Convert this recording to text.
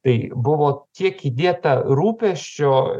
tai buvo tiek įdėta rūpesčio